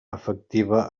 afectiva